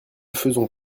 faisons